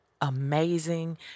amazing